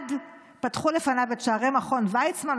מייד פתחו לפניו את שערי מכון ויצמן.